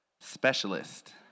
specialist